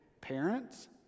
parents